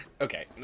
okay